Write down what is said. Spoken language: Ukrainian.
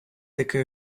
таке